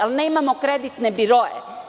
Ali, nemamo kreditne biroe.